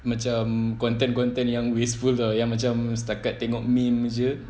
macam content content yang wasteful lah yang macam setakat tengok meme jer